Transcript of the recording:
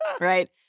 Right